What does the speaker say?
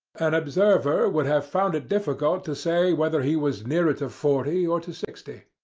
an observer would have found it difficult to say whether he was nearer to forty or to sixty.